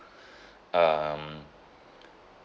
um